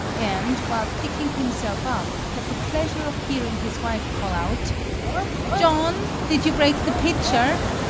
and, while picking himself up, had the pleasure of hearing his wife call out john, did you break the pitcher?